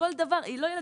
לא ילדים,